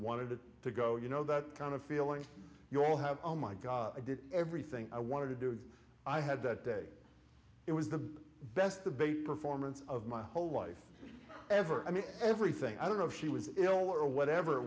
wanted it to go you know that kind of feeling you all have all my god i did everything i wanted to do i had that day it was the best debate performance of my whole life ever i mean everything i don't know if she was you know or whatever it